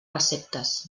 receptes